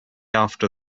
after